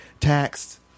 taxed